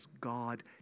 God